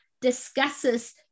discusses